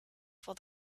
for